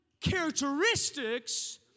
characteristics